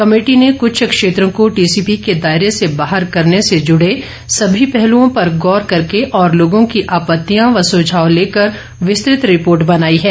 committee ने कुछ क्षेत्रों को टीसीपी के दायरे से बाहर करने से जुड़े सभी पहलुओं पर गौर करके और लोगों की आपत्तियां व सुझाव लेकर विस्तृत रिपोर्ट बनाई है